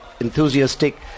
enthusiastic